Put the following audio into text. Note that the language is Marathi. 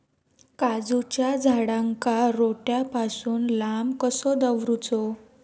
काजूच्या झाडांका रोट्या पासून लांब कसो दवरूचो?